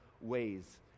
ways